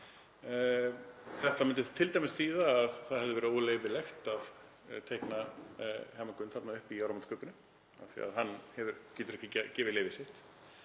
Þetta myndi t.d. þýða að það hefði verið óleyfilegt að teikna Hemma Gunn þarna upp í áramótaskaupinu af því að hann getur ekki gefið leyfi sitt.